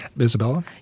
Isabella